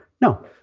no